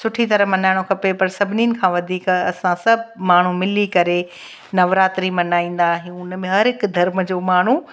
सुठी तरह मल्हणो खपे पर सभिनिनि खां वधीक असां सभु माण्हू मिली करे नवरात्री मल्हाईंदा आहियूं हुन में हर हिकु धर्म जो माण्हू